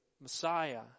Messiah